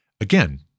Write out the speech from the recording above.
again